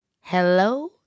Hello